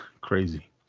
crazy